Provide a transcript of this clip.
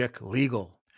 Legal